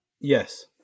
Yes